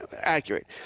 accurate